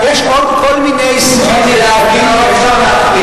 יש עוד כל מיני סוגים של דלקים שאפשר להחריג.